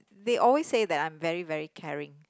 they always say that I'm very very caring